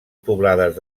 poblades